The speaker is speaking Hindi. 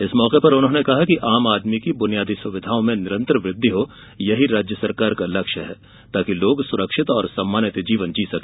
इस मौके पर उन्होंने कहा कि आम आदमी की बुनियादी सुविधाओं में निरंतर वृद्धि हो यही राज्य सरकार का लक्ष्य है ताकि लोग सुरक्षित और सम्मानित जीवन जी सके